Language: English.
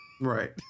right